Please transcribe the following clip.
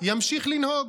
ימשיך לנהוג,